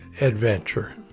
adventure